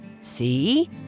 See